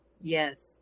yes